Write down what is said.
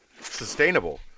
Sustainable